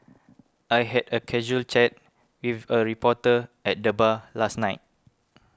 I had a casual chat with a reporter at the bar last night